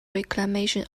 reclamation